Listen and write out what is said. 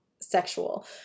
sexual